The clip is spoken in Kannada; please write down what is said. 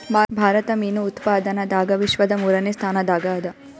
ಭಾರತ ಮೀನು ಉತ್ಪಾದನದಾಗ ವಿಶ್ವದ ಮೂರನೇ ಸ್ಥಾನದಾಗ ಅದ